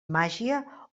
màgia